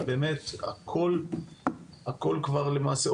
באמת הכול כבר למעשה,